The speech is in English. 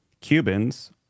cubans